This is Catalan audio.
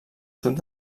sud